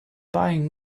buying